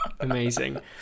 amazing